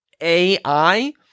AI